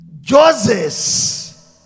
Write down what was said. Joseph